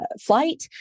flight